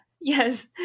yes